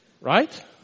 Right